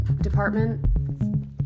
department